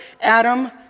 Adam